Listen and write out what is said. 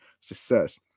success